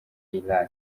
irak